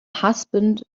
husband